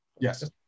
Yes